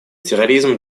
терроризм